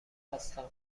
هستم